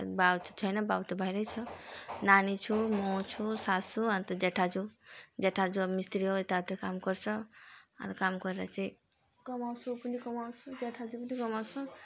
बाउचाहिँ छैन बाउचाहिँ बाहिरै छ नानी छ म छु सासू अनि त जेठाजु जेठाजु अब मिस्त्री हो यताउता काम गर्छ अनि काम गरेर चाहिँ कमाउँछ म पनि कमाउँछु जेठाजु पनि त कमाउँछ